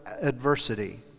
adversity